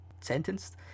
sentenced